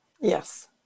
yes